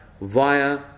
via